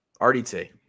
RDT